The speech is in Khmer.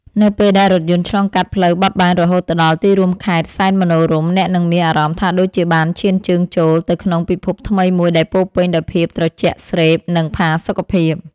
នៅពេលដែលរថយន្តឆ្លងកាត់ផ្លូវបត់បែនរហូតទៅដល់ទីរួមខេត្តសែនមនោរម្យអ្នកនឹងមានអារម្មណ៍ថាដូចជាបានឈានជើងចូលទៅក្នុងពិភពថ្មីមួយដែលពោរពេញដោយភាពត្រជាក់ស្រេប និង ផាសុកភាព។